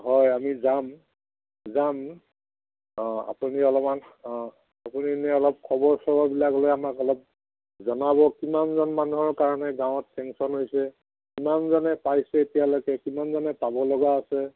হয় আমি যাম যাম অঁ আপুনি অলপমান অঁ আপুনি এনেই অলপ খবৰ চবৰবিলাক লৈ আমাক অলপ জনাব কিমানজন মানুহৰ কাৰণে গাঁৱত ছেংচন হৈছে কিমানজনে পাইছে এতিয়ালৈকে কিমানজনে পাব লগা আছে